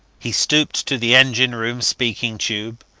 he stooped to the engine-room speaking-tube,